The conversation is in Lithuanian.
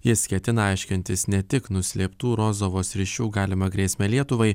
jis ketina aiškintis ne tik nuslėptų rozovos ryšių galimą grėsmę lietuvai